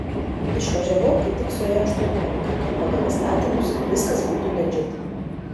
išvažiavau kai tik suėjo aštuoniolika kad pagal įstatymus viskas būtų ledžit